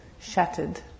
shattered